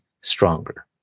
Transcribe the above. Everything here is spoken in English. stronger